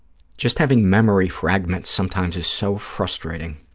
just having memory fragments sometimes is so frustrating.